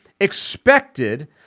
expected